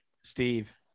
Steve